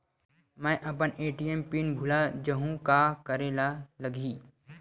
मैं अपन ATM pin भुला जहु का करे ला लगही?